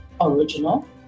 original